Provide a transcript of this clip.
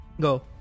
Go